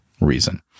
reason